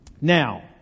Now